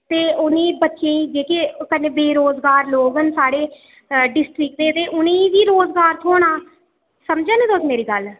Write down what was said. ते उ'नें ई बच्चें ई जेह्के कन्नै बेरोजगार लोग न साढ़े डिस्ट्रिक ते उनें ई बी रोजगार थ्होना समझे निं तुस मेरी गल्ल